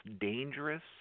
dangerous